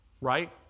right